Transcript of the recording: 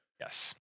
Yes